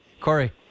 Corey